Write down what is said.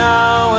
Now